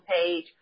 page